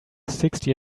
sixty